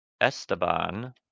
Esteban